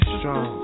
strong